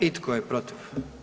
I tko je protiv?